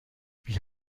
wie